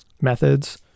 methods